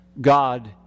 God